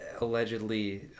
allegedly